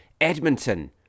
Edmonton